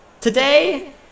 Today